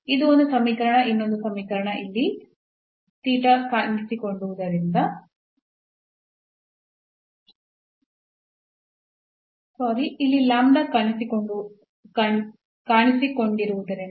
ಅದು ಒಂದು ಸಮೀಕರಣ ಇನ್ನೊಂದು ಸಮೀಕರಣ ಇಲ್ಲಿ ಕಾಣಿಸಿಕೊಂಡಿರುವುದರಿಂದ